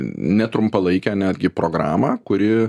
ne trumpalaikę netgi programą kuri